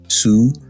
Two